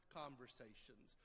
conversations